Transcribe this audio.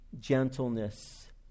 gentleness